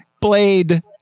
blade